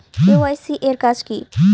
KYC এর কাজ কি?